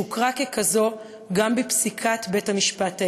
שהוכרה ככזאת גם בפסיקת בית-המשפט העליון.